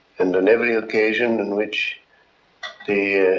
and in every occasion in which the